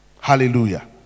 Hallelujah